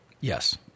Yes